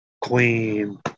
Queen